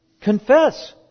Confess